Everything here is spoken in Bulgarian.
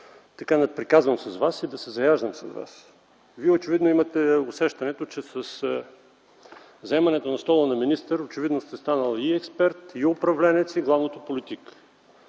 да се надприказвам и да се заяждам с Вас. Вие очевидно имате усещането, че със заемането на стола на министър, очевидно сте станал и експерт, и управленец, и главното - политик.